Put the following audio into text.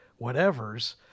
whatevers